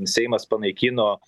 seimas panaikino